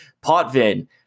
Potvin